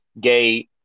gay